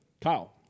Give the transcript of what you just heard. Kyle